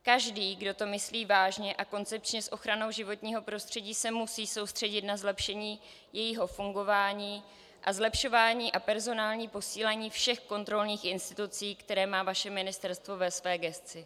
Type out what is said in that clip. Každý, kdo to myslí vážně a koncepčně s ochranou životního prostředí, se musí soustředit na zlepšení jejího fungování a zlepšování a personální posílení všech kontrolních institucí, které má vaše ministerstvo ve své gesci.